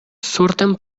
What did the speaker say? surten